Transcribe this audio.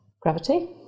gravity